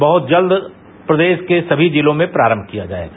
बहुत जल्द प्रदेश के सभी जिलों में प्रारम्म किया जाएगा